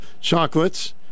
Chocolates